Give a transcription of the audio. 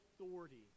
authority